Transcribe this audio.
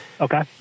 Okay